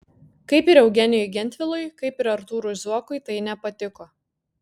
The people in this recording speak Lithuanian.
kaip ir eugenijui gentvilui kaip ir artūrui zuokui tai nepatiko